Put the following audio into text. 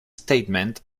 statement